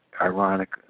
ironic